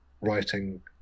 writing